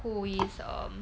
who is um